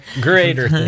Greater